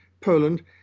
Poland